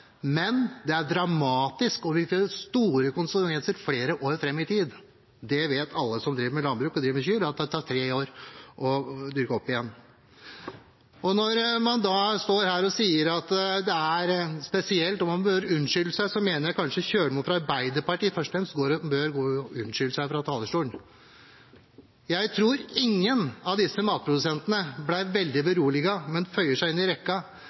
men det er dramatisk og vil ha store konsekvenser flere år fram i tid. Det vet alle som driver med landbruk og driver med kyr, at det tar tre år å dyrke opp igjen. Når man da stå her og sier at det er spesielt, og at man bør unnskylde seg, så mener jeg kanskje Kjølmoen fra Arbeiderpartiet, først og fremst, bør gå og unnskylde seg fra talerstolen. Jeg tror ingen av disse matprodusentene ble veldig beroliget, men de føyer seg inn i rekken.